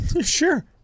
Sure